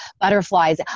butterflies